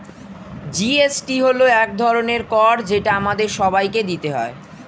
GST হল এক ধরনের কর যেটা আমাদের সবাইকে দিতে হয়